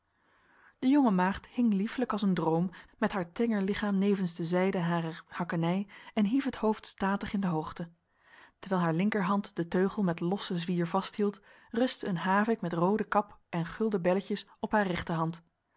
de jonge maagd hing lieflijk als een droom met haar tenger lichaam nevens de zijde harer hakkenij en hief het hoofd statig in de hoogte terwijl haar linkerhand de teugel met losse zwier vasthield rustte een havik met rode kap en gulden belletjes op haar rechterhand